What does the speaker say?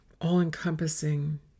all-encompassing